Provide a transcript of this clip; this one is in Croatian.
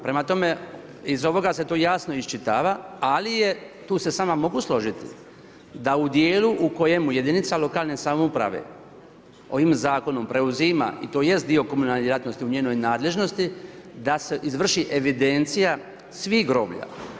Prema tome, iz ovoga se tu jasno iščitava ali tu se s vama mogu složiti, da u djelu u kojemu jedinica lokalne samouprave ovim zakonom preuzima i to jest dio komunalne djelatnosti u njenoj nadležnosti, da se izvrši evidencija svih groblja.